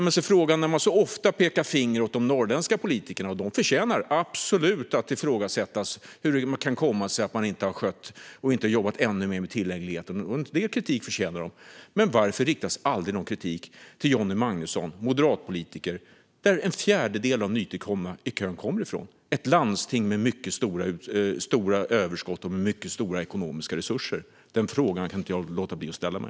Man pekar ofta finger åt de norrländska politikerna. Det förtjänar absolut att ifrågasättas hur det kan komma sig att de inte har jobbat ännu mer med tillgängligheten - en del kritik förtjänar de. Men varför riktas aldrig någon kritik mot Johnny Magnusson, som är moderatpolitiker i det landsting som en fjärdedel av de nytillkomna i kön kommer ifrån? Det är ett landsting med mycket stora överskott och mycket stora ekonomiska resurser. Den frågan kan inte jag låta bli att ställa mig.